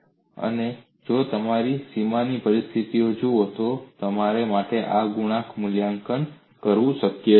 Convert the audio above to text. અને જો તમે સીમાની પરિસ્થિતિઓ જુઓ તો તમારા માટે આ ગુણાંકનું મૂલ્યાંકન કરવું શક્ય છે